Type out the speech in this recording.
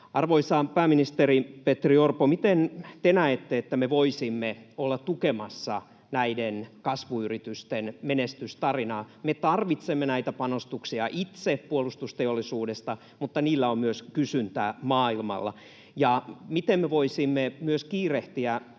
Arvoisa pääministeri Petteri Orpo, miten te näette, että me voisimme olla tukemassa näiden kasvuyritysten menestystarinaa? Me tarvitsemme näitä panostuksia puolustusteollisuudesta itse, mutta niillä on myös kysyntää maailmalla. Miten me voisimme myös kiirehtiä